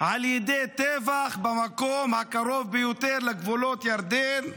על ידי טבח במקום הקרוב ביותר לגבולות ירדן,